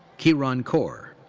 kiran kaur.